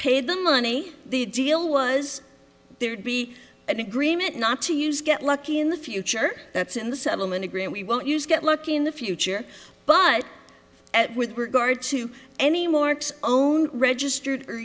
pay the money the deal was there'd be an agreement not to use get lucky in the future that's in the settlement agreement we won't use good luck in the future but at with regard to any more own registered are